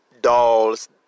dolls